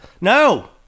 No